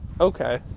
okay